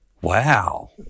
Wow